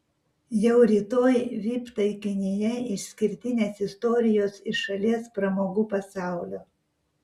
jau rytoj vip taikinyje išskirtinės istorijos iš šalies pramogų pasaulio